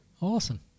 Awesome